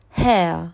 hair